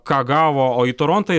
ką gavo o į torontą